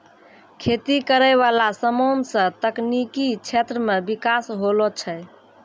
खेती करै वाला समान से तकनीकी क्षेत्र मे बिकास होलो छै